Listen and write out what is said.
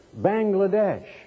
Bangladesh